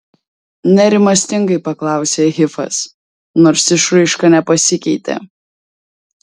nerimastingai paklausė hifas nors išraiška nepasikeitė